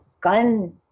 gun